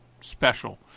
special